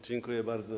Dziękuję bardzo.